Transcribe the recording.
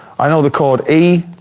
i know the chord e,